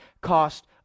cost